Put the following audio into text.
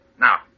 Now